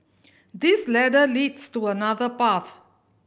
this ladder leads to another path